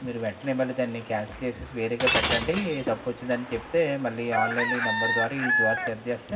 మీరు వెంటనే మళ్ళీ దాన్ని క్యాన్సల్ చేసేసి వేరేగా పెట్టండి తప్పు వచ్చింది అని చెబితే మళ్ళీ ఆన్లైన్లో ఈ నెంబర్ ద్వారా ఈ ద్వారా తెరిచేస్తే